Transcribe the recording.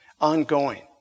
ongoing